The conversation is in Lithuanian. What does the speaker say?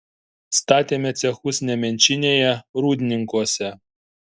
statėme cechus nemenčinėje rūdninkuose